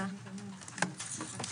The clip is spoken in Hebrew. תודה רבה.